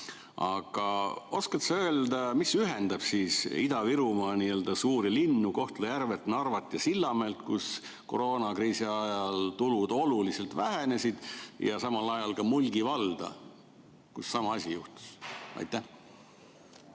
Aga oskad sa öelda, mis ühendab Ida-Virumaa suuri linnu Kohtla-Järvet, Narvat ja Sillamäed, kus koroonakriisi ajal tulud oluliselt vähenesid, ja samal ajal Mulgi valda, kus sama asi juhtus? Hea